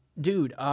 dude